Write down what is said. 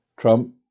Trump